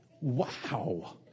Wow